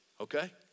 okay